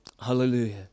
Hallelujah